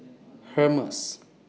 Hermes